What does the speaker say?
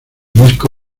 disco